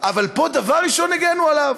אבל פה, דבר ראשון הגנו עליו.